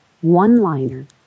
one-liner